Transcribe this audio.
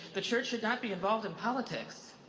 the church should not be involved in politics.